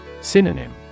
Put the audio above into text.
Synonym